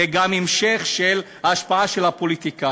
גם זה המשך של ההשפעה של הפוליטיקאים.